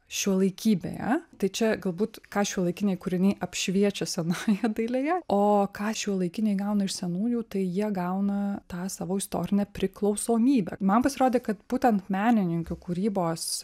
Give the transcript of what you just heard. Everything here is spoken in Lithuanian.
šiuolaikybėje tai čia galbūt ką šiuolaikiniai kūriniai apšviečia senąja dailėje o ką šiuolaikiniai gauna iš senųjų tai jie gauna tą savo istorinę priklausomybę man pasirodė kad būtent menininkių kūrybos